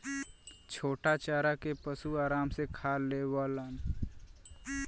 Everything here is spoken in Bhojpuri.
छोटा चारा के पशु आराम से खा लेवलन